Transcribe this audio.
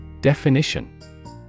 Definition